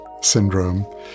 syndrome